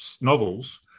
novels